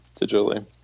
digitally